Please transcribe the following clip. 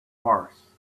farce